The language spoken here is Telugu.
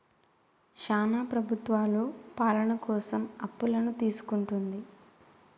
శ్యానా ప్రభుత్వాలు పాలన కోసం అప్పులను తీసుకుంటుంది